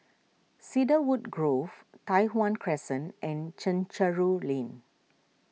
Cedarwood Grove Tai Hwan Crescent and Chencharu Lane